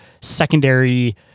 secondary